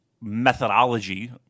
methodology